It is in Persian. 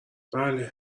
بله